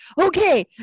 okay